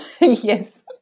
Yes